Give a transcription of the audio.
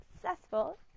successful